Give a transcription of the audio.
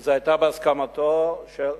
וזה היה בהסכמתו של,